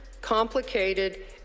complicated